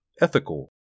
ethical